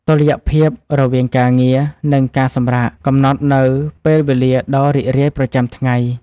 តុល្យភាពរវាងការងារ និងការសម្រាក កំណត់នូវពេលវេលាដ៏រីករាយប្រចាំថ្ងៃ។